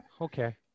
Okay